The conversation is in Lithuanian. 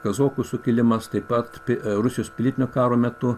kazokų sukilimas taip pat pi rusijos pilietinio karo metu